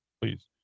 please